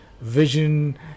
vision